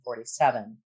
1947